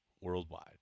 worldwide